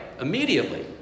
immediately